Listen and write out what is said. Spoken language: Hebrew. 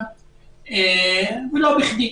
ולא בכדי.